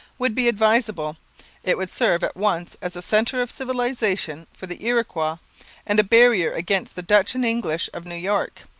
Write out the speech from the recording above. would be advisable it would serve at once as a centre of civilization for the iroquois and a barrier against the dutch and english of new york,